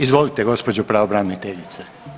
Izvolite gospođo pravobraniteljice.